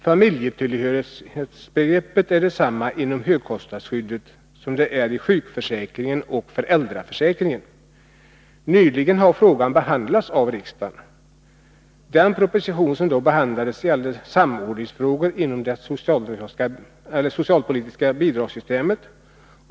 Familjetillhörighetsbegreppet inom högkostnadsskyddet är detsamma som i sjukförsäkringen och föräldraförsäkringen. Nyligen har frågan om familjetillhörighetsbegreppet behandlats av riksdagen. Den proposition som då var aktuell gällde samordningsfrågor inom det socialpolitiska bidragssystemet.